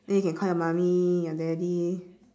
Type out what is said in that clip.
then you can call your mummy your daddy